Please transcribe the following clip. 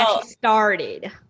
started